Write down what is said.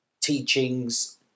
teachings